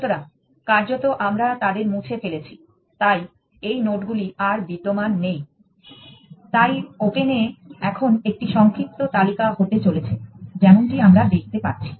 সুতরাং কার্যত আমরা তাদের মুছে ফেলেছি তাই সেই নোডগুলি আর বিদ্যমান নেই তাই ওপেনে এখন একটি সংক্ষিপ্ত তালিকা হতে চলেছে যেমনটি আমরা দেখতে পাচ্ছি